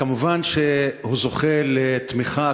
מובן שהוא זוכה לתמיכה,